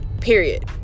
period